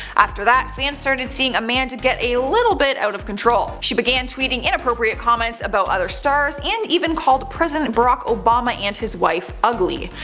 after that, fans started seeing amanda get a little out of control. she began tweeting inappropriate comments about other stars and even called president barack obama and his wife, ugly.